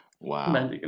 Wow